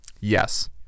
Yes